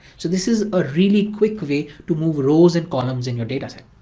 so this is a really quick way to move rows and columns in your data set.